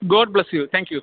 God bless you thank you